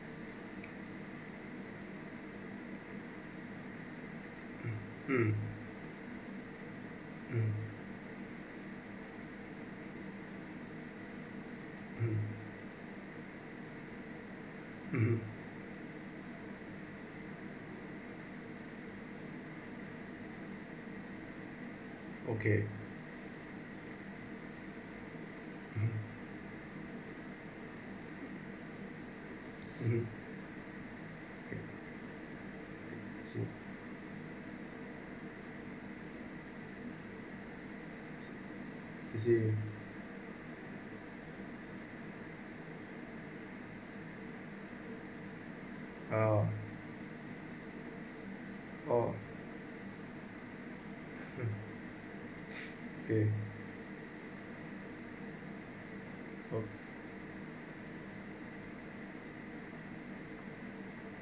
mm mm mm (uh huh) okay (uh huh) (uh huh) okay see I see ah oh okay okay oh